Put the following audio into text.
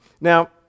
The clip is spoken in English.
Now